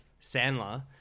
Sandler